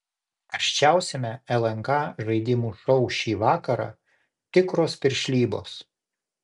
karščiausiame lnk žaidimų šou šį vakarą tikros piršlybos